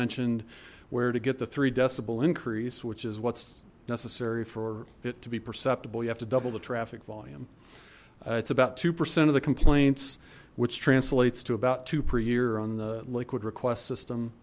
mentioned where to get the three decibel increase which is what's necessary for it to be perceptible you have to double the traffic volume it's about two percent of the complaints which translates to about two per year on the liquid request system